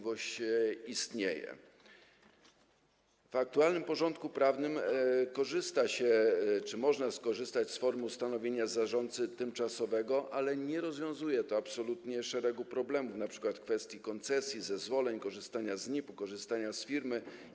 W aktualnym porządku prawnym korzysta się czy też można skorzystać z form ustanowienia zarządcy tymczasowego, ale nie rozwiązuje to absolutnie szeregu problemów, np. kwestii koncesji, zezwoleń, korzystania z NIP-u, korzystania z firmy.